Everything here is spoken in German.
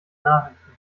nachrichten